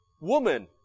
Woman